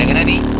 ninety